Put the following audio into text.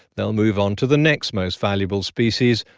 they'll move on to the next most valuable species,